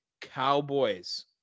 Cowboys